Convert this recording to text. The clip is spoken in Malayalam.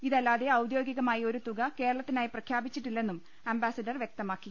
ഇതല്ലാതെ ഔദ്യോഗികമായി ഒരു തുക കേരളത്തി നായി പ്രഖ്യാപിച്ചിട്ടില്ലെന്നും അംബാസിഡർ വ്യക്തമാക്കി